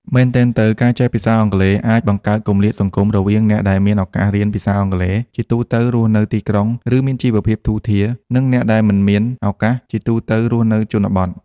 មែនទែនទៅ ការចេះភាសាអង់គ្លេសអាចបង្កើតគម្លាតសង្គមរវាងអ្នកដែលមានឱកាសរៀនភាសាអង់គ្លេស (ជាទូទៅរស់នៅទីក្រុង ឬមានជីវភាពធូរធារ) និងអ្នកដែលមិនមានឱកាស (ជាទូទៅរស់នៅជនបទ)។